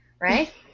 right